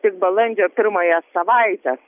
tik balandžio pirmąją savaites